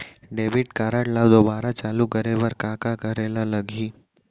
Debit card ला दोबारा चालू करे बर का करे बर लागही?